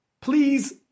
Please